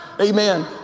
Amen